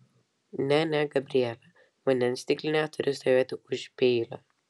ne ne gabriele vandens stiklinė turi stovėti už peilio